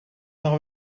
nog